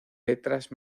letras